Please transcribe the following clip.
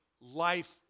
life